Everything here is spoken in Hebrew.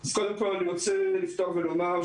אז קודם כל אני רוצה לפתוח ולומר,